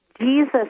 Jesus